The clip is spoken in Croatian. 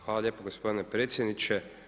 Hvala lijepo gospodine predsjedniče.